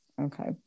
Okay